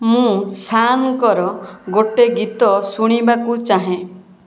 ମୁଁ ଶାନ୍ଙ୍କର ଗୋଟେ ଗୀତ ଶୁଣିବାକୁ ଚାହେଁ